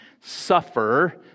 suffer